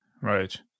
Right